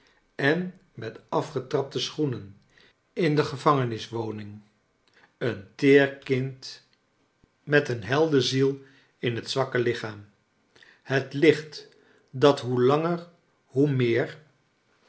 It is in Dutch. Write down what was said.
en met afgetrapte schoenen in de gevangeniswoning een teer kind met een charles dickens heldenziel in hot zwakke lichaam het licht dat hoe langer hoe meer